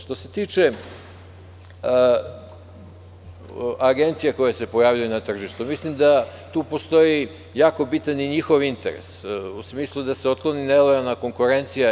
Što se tiče agencija koje se pojavljuje na tržištu, mislim da tu postoji jako bitan i njihov interes, u smislu da se otkloni nelojalna konkurencija.